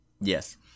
Yes